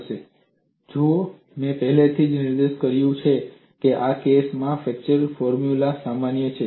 જુઓ મેં પહેલેથી જ નિર્દેશ કર્યો છે શું આ કેસ માટે ફ્લેક્ચર ફોર્મ્યુલા માન્ય છે